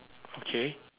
okay